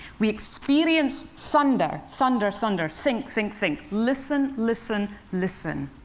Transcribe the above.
we experience thunder, thunder, thunder. think, think, think. listen, listen, listen.